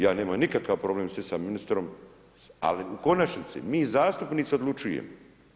Ja nemam nikakav problem sjesti s ministrom, ali u konačnici mi zastupnici odlučujemo.